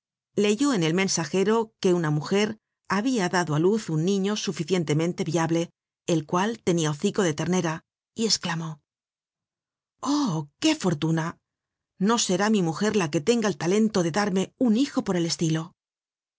leyó en el mensajero que una mujer habia dado á luz un niño suficientemente viable el cual tenia hocico de ternera y esclamó oh qué fortuna no será mi mujer la que tenga el talento de darme un hijo por el estilo